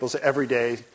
everyday